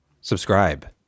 subscribe